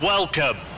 Welcome